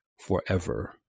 forever